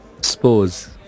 Suppose